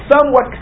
somewhat